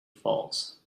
falls